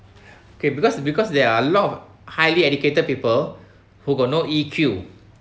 okay because because there are a lot of highly educated people who got no E_Q